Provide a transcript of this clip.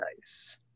Nice